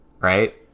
right